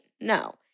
No